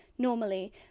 Normally